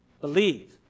believe